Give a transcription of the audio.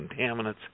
contaminants